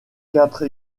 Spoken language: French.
quatre